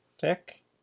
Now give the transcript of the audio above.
thick